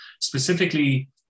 specifically